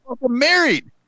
married